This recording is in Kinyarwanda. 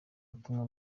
butumwa